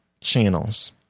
channels